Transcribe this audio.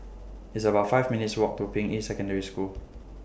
It's about five minutes' Walk to Ping Yi Secondary School